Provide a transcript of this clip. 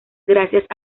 gracias